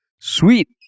Sweet